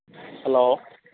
hello